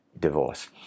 divorce